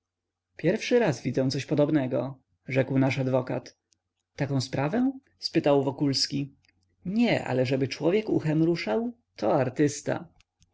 pierwszy raz widzę coś podobnego rzekł nasz adwokat taką sprawę spytał wokulski nie ale żeby człowiek uchem ruszał to artysta